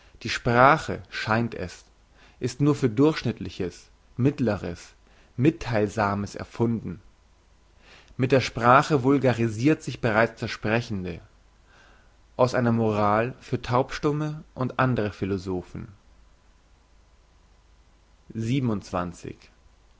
die sprache scheint es ist nur für durchschnittliches mittleres mittheilsames erfunden mit der sprache vulgarisirt sich bereits der sprechende aus einer moral für taubstumme und andere philosophen